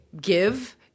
give